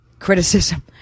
Criticism